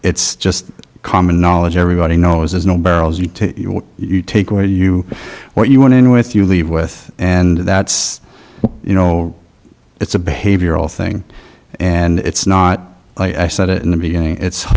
it's just common knowledge everybody knows there's no barrels you tell you what you take where you what you want in with you leave with and that's you know it's a behavioral thing and it's not like i said it in the beginning it's